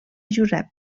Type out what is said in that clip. josep